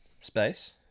space